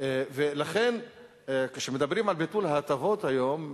לכן, כשמדברים על ביטול ההטבות היום,